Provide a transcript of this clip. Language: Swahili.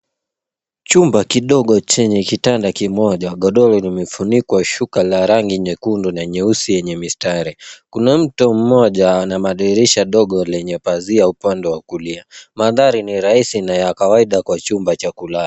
Chumba kidogo chenye kitanda kimoja. Godoro limefunikwa shuka la rangi nyekundu na nyeusi yenye mistari. Kuna mto moja na madirisha ndogo lenye pazia upande wa kulia. Mandhari ni rahisi na ya kawaida kwa chumba cha kulala.